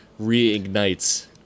reignites